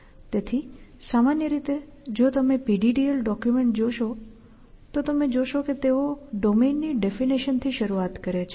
તેથી સામાન્ય રીતે જો તમે PDDL ડોકયુમેન્ટ જોશો તો તમે જોશો કે તેઓ ડોમેન ની ડેફિનેશન થી શરૂ કરે છે